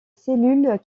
cellules